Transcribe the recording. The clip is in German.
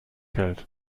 hält